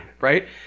Right